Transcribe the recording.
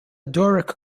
doric